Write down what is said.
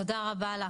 תודה רבה לך.